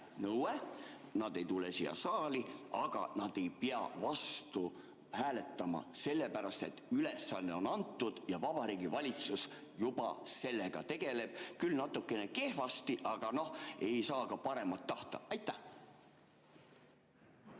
nõue. Nad ei tule siia saali ja nad ei pea vastu hääletama, sellepärast et ülesanne on antud ja Vabariigi Valitsus juba tegeleb sellega, küll natukene kehvasti, aga noh, ei saa ka paremat tahta. See